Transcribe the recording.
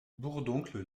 bourdoncle